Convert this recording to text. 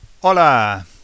Hola